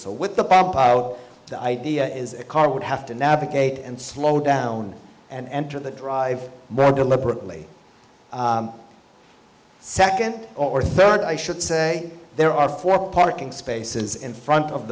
so with the the idea is a car would have to navigate and slow down and enter the drive more deliberately second or third i should say there are four parking spaces in front of